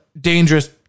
dangerous